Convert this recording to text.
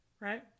right